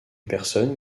personne